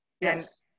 Yes